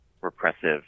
repressive